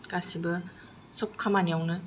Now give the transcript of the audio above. गासैबो सब खामानियावनो